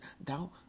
Thou